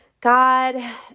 God